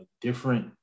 different